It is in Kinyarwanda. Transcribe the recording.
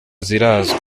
zirazwi